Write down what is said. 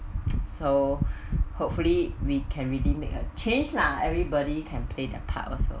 so hopefully we can really make a change lah everybody can play the part also